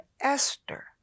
Esther